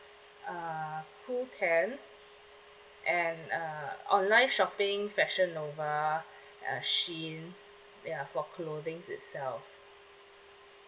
uh qoo ten and uh online shopping fashion nova uh a shein ya for clothing itself